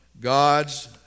God's